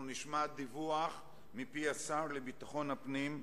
אנחנו נשמע דיווח מפי השר לביטחון הפנים,